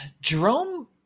Jerome